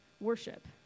worship